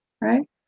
right